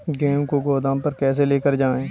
गेहूँ को गोदाम पर कैसे लेकर जाएँ?